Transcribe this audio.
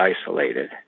isolated